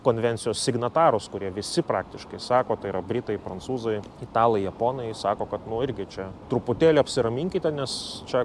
konvencijos signatarus kurie visi praktiškai sako tai yra britai prancūzai italai japonai sako kad irgi čia truputėlį apsiraminkite nes čia